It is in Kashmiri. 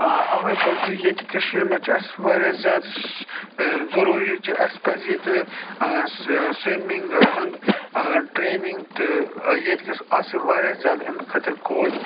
اَ اَوَے پَزِ ییٚتہِ کٔشیٖرِ مَنٛز چھ اَسہِ واریاہ زیادٕ ضٔروٗری چہِ اَسہِ پَزِ ییٚتہِ سہِ سِومِنٛگ ہُنٛد ٹرٛینِنٛگ تہٕ ییٚتہِ گٔژھ آسٕنۍ واریاہ زیادٕ اَمہِ خٲطرٕ کوچ